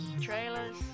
Trailers